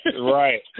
Right